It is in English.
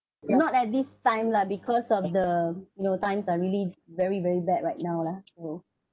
not at this time lah because of the you know times are really very very bad right now lah so